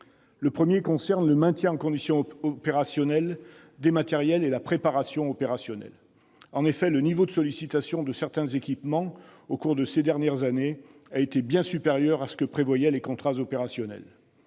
Le premier point concerne le maintien en condition opérationnelle des matériels et la préparation opérationnelle. En effet, le niveau de sollicitation de certains équipements au cours de ces dernières années a été bien supérieur à ce que prévoyaient les contrats opérationnels.